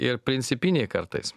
ir principiniai kartais